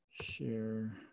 Share